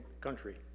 country